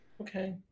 okay